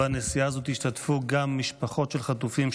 בנסיעה הזאת ישתתפו גם משפחות של חטופים,